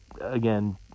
again